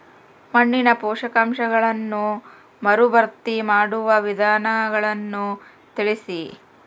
ಮಣ್ಣಿನ ಪೋಷಕಾಂಶಗಳನ್ನು ಮರುಭರ್ತಿ ಮಾಡುವ ವಿಧಾನಗಳನ್ನು ತಿಳಿಸಿ?